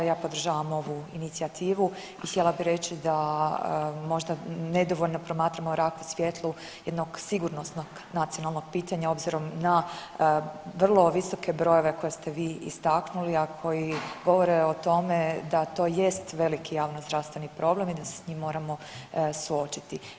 Ja podržavam ovu inicijativu i htjela bih reći da možda nedovoljno promatramo rak u svjetlu jednog sigurnosnog nacionalnog pitanja obzirom na vrlo visoke brojeve koje ste vi istaknuli, a koji govore o tome da to jest veliki javnozdravstveni problem i da se s njim moramo suočiti.